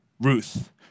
Ruth